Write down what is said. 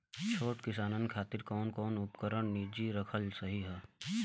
छोट किसानन खातिन कवन कवन उपकरण निजी रखल सही ह?